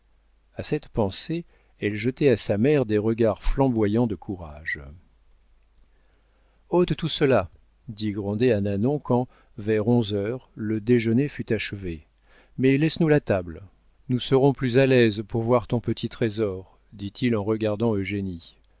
a cette pensée elle jetait à sa mère des regards flamboyants de courage ote tout cela dit grandet à nanon quand vers onze heures le déjeuner fut achevé mais laisse-nous la table nous serons plus à l'aise pour voir ton petit trésor dit-il en regardant eugénie